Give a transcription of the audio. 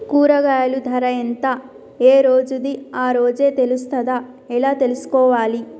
కూరగాయలు ధర ఎంత ఏ రోజుది ఆ రోజే తెలుస్తదా ఎలా తెలుసుకోవాలి?